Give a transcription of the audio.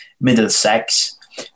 Middlesex